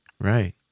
Right